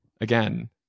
again